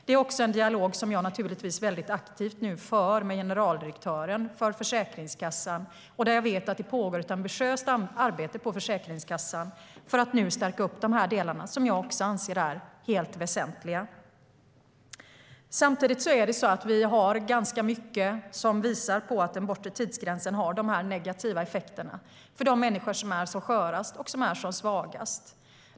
Det är en dialog som jag aktivt för med generaldirektören för Försäkringskassan. Jag vet att det pågår ett ambitiöst arbete på Försäkringskassan för att stärka de delarna, som jag också anser är helt väsentliga. Samtidigt finns mycket som visar att den bortre tidsgränsen har de negativa effekterna för de människor är som skörast och svagast.